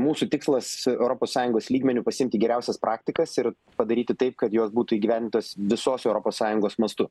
mūsų tikslas europos sąjungos lygmeniu pasiimti geriausias praktikas ir padaryti taip kad jos būtų įgyvendintos visos europos sąjungos mastu